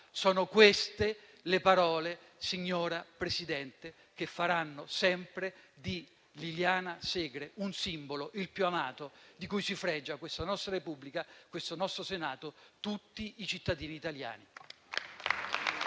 Sono queste le parole, signora Presidente, che faranno sempre di Liliana Segre un simbolo, il più amato, di cui si fregiano questa nostra Repubblica, questo nostro Senato, tutti i cittadini italiani.